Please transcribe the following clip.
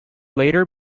later